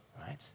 right